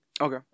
Okay